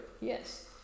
Yes